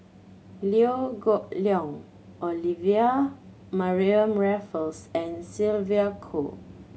Liew Geok Leong Olivia Mariamne Raffles and Sylvia Kho